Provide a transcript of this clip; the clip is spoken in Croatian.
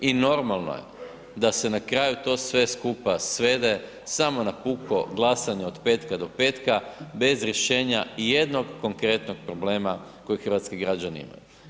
I normalno je da se na kraju to sve skupa svede samo na puko glasanje od petka do petka bez rješenja i jednog konkretnog problema kojeg hrvatski građani imaju.